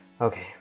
okay